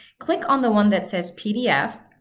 click on the one that says pdf,